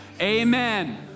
amen